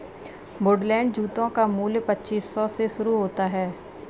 Woodland जूतों का मूल्य पच्चीस सौ से शुरू होता है